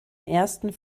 ersten